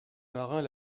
marins